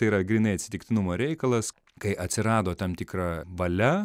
tai yra grynai atsitiktinumo reikalas kai atsirado tam tikra valia